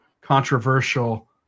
controversial